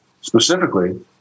specifically